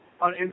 on